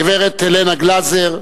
גברת הלנה גלזר,